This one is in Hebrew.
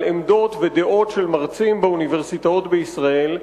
עמדות ודעות של מרצים באוניברסיטאות בישראל.